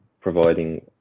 providing